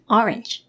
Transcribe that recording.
orange